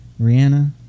Rihanna